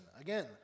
again